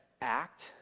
act